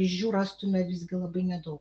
iž jų rastumėme visgi labai nedaug